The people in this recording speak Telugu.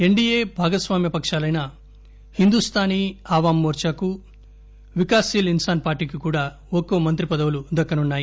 ఎన్డిఏ భాగస్వామ్య పకాలైన హిందూస్థానీ ఆవామ్ మోర్చాకు వికాస్ శీల్ ఇన్సాన్ పార్టీకి కూడా ఒక్కో మంత్రి పదవులు దక్కనున్నాయి